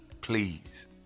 Please